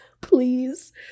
please